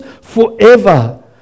forever